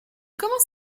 commence